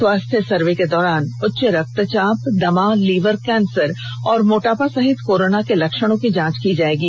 स्वास्थ्य सर्वे के दौरान उच्च रक्तचाप दमा लीवर कैंसर और मोटापा सहित कोरोणा के लक्षणों की जांच की जाएगी